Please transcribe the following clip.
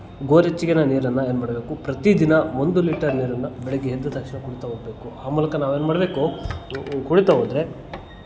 ಗೊರಚ್ಚಿಗಿನ ನೀರನ್ನು ಏನು ಮಾಡಬೇಕು ಪ್ರತೀ ದಿನ ಒಂದು ಲೀಟರ್ ನೀರನ್ನು ಬೆಳಗ್ಗೆ ಎದ್ ತಕ್ಷಣ ಕುಡಿತಾ ಹೋಗ್ಬೇಕು ಆ ಮೂಲಕ ನಾವು ಏನು ಮಾಡಬೇಕು ಕುಡಿತಾ ಹೋದ್ರೆ